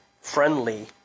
friendly